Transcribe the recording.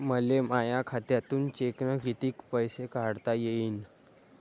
मले माया खात्यातून चेकनं कितीक पैसे काढता येईन?